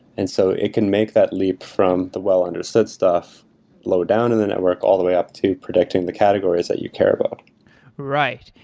and so it can make that leap from the well understood staff lower down and the network all the way up to predicting the categories that you care about right.